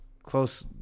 Close